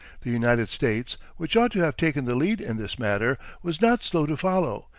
the united states, which ought to have taken the lead in this matter, was not slow to follow,